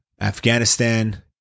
Afghanistan